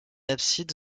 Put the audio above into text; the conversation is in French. abside